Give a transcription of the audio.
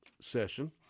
session